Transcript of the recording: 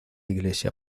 iglesia